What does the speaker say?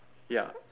ya